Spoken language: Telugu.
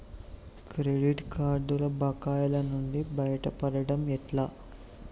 క్రెడిట్ కార్డుల బకాయిల నుండి బయటపడటం ఎట్లా?